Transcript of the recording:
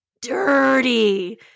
dirty